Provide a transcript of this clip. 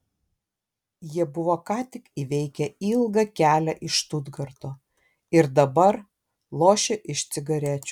jie buvo ką tik įveikę ilgą kelią iš štutgarto ir dabar lošė iš cigarečių